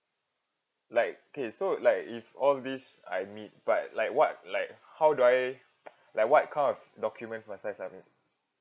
like okay so like if all this I meet but like what like how do I like what kind of documents must I submit